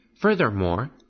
Furthermore